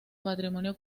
patrimonio